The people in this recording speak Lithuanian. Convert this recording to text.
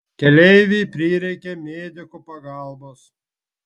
keleivei prireikė medikų pagalbos